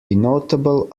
notable